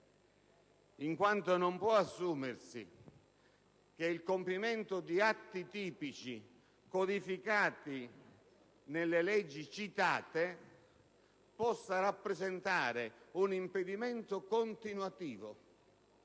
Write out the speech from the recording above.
in quanto non può assumersi che il compimento di atti tipici codificati nelle leggi citate possa rappresentare un impedimento continuativo,